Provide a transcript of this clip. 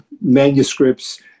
manuscripts